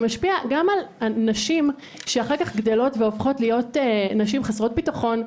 שמשפיע גם על נשים שאחר כך גדלות והופכות להיות נשים חסרות ביטחון,